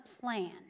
plan